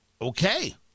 Okay